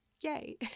yay